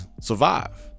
survive